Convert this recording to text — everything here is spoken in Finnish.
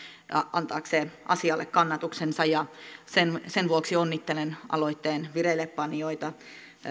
antaakseen asialle kannatuksensa ja sen sen vuoksi onnittelen aloitteen vireillepanijoita